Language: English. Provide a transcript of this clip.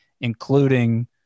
including